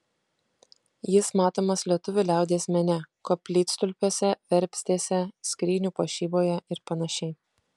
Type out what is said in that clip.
jis matomas lietuvių liaudies mene koplytstulpiuose verpstėse skrynių puošyboje ir panašiai